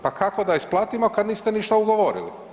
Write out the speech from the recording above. Pa kako da isplatimo kad niste ništa ugovorili?